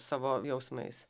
savo jausmais